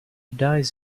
dies